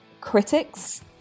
critics